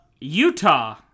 Utah